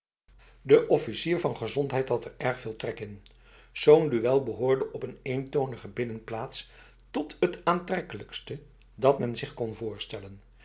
de officier van gezondheid had er erg veel trek in zo'n duel behoorde op een eentonige binnenplaats tot het aantrekkelijkste dat men zich kon voorstellen